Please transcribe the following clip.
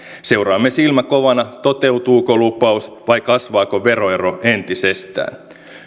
seuraamme silmä kovana toteutuuko lupaus vai kasvaako veroero entisestään